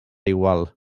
igual